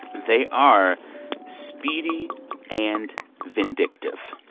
they are speedy and vindictive